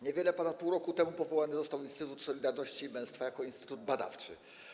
Niewiele ponad pół roku temu powołany został Instytut Solidarności i Męstwa jako instytut badawczy.